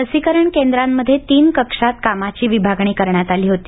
लसीकरण केंद्रांमध्ये तीन कक्षात कामाची विभागणी करण्यात आली होती